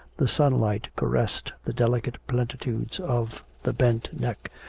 the sunlight caressed the delicate plenitudes of the bent neck,